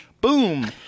boom